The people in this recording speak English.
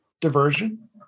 Diversion